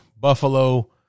Buffalo